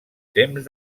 temps